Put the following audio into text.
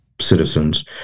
citizens